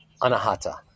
anahata